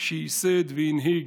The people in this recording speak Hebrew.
שייסד והנהיג,